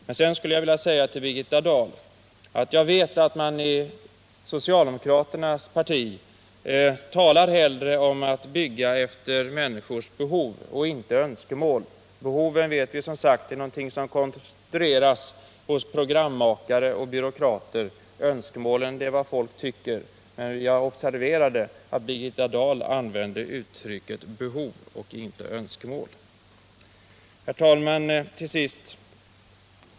Men sedan vill jag säga till Birgitta Dahl att jag vet att man i socialdemokraternas parti gärna talar om att bygga efter människors behov och inte efter deras önskemål. Vi vet som sagt att behoven är något som konstrueras hos programmakare och byråkrater, önskemålen är vad folk tycker. Men jag observerade att Birgitta Dahl använde uttrycket behov och inte önskemål.